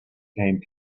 came